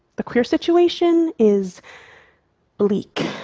the queer situation is bleak,